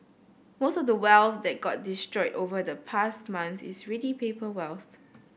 most of the wealth that got destroyed over the past month is really paper wealth